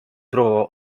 próbował